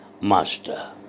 Master